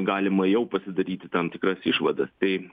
galima jau pasidaryti tam tikras išvadas tai